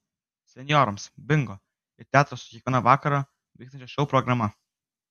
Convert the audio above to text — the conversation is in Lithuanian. senjorams bingo ir teatras su kiekvieną vakarą vykstančia šou programa